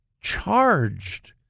charged